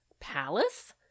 Palace